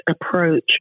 approach